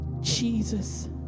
Jesus